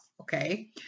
Okay